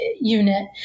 unit